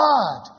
God